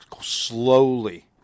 slowly